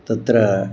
तत्र